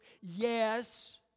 Yes